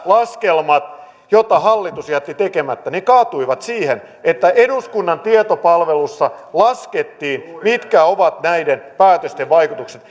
laskelmat jotka hallitus jätti tekemättä ne kaatuivat siihen että eduskunnan tietopalvelussa laskettiin mitkä ovat näiden päätösten vaikutukset